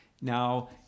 now